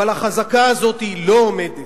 אבל החזקה הזאת לא עומדת,